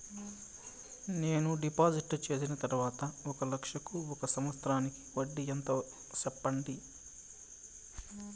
నేను డిపాజిట్లు చేసిన తర్వాత ఒక లక్ష కు ఒక సంవత్సరానికి వడ్డీ ఎంత వస్తుంది? సెప్పండి?